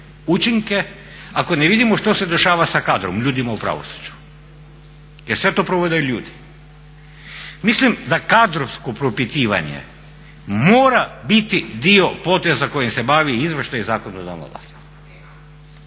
učinke ako ne vidimo što se dešava sa kadrom, ljudima u pravosuđu jer sve to provode ljudi. Mislim da kadrovsko propitivanje mora biti dio poteza kojim se bavi izvršna i zakonodavna vlast.